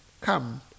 Come